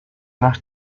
nach